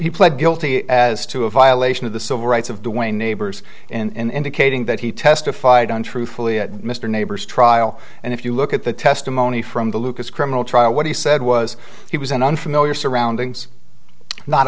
he pled guilty as to a violation of the civil rights of the way neighbors and indicating that he testified on truthfully at mr nabors trial and if you look at the testimony from the lucas criminal trial what he said was he was in unfamiliar surroundings not